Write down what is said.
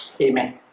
Amen